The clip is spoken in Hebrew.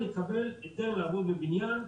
הוא יקבל היתר לעבוד בבניין.